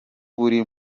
buri